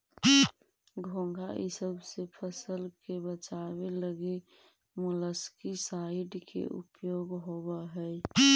घोंघा इसब से फसल के बचावे लगी मोलस्कीसाइड के उपयोग होवऽ हई